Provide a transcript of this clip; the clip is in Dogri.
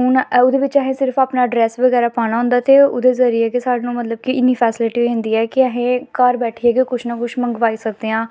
ओह्दे बिच्च असें सिर्फ अपना अड्रैस बगैरा पाना होंदा ते ओह्दे जरिये साढ़े मतलब कि इन्नी फैसिलिटी होई जंदी ऐ कि असें घर बैठेदे गै कुछ ना कुछ मंगाई सकदे आं